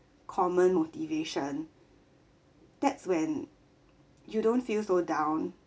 common motivation that's when you don't feel so down